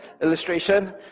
illustration